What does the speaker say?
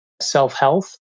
Self-health